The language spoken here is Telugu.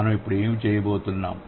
మనం ఇప్పుడు ఏమి చేయబోతున్నాం